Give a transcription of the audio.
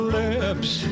lips